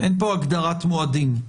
אין פה הגדרת מועדים.